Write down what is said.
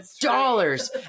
dollars